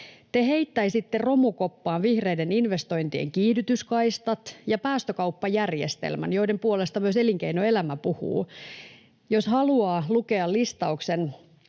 heittäisitte romukoppaan vihreiden investointien kiihdytyskaistat ja päästökauppajärjestelmän, joiden puolesta myös elinkeinoelämä puhuu. Jos haluaa lukea listauksen